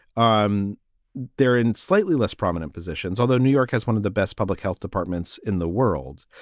um they're in slightly less prominent positions, although new york has one of the best public health departments in the world.